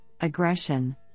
aggression